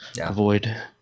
avoid